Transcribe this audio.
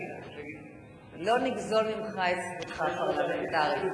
לא נגזול ממך את זכותך הפרלמנטרית,